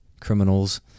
criminals